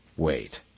Wait